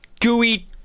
gooey